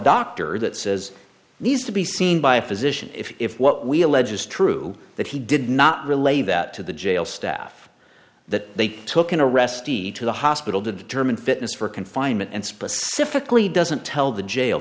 doctor that says these to be seen by a physician if what we allege is true that he did not relate that to the jail staff that they took an arrestee to the hospital to determine fitness for confinement and specifically doesn't tell the jail